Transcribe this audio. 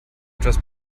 etwas